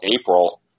April